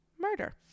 murder